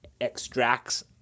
extracts